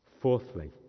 Fourthly